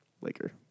Laker